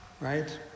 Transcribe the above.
Right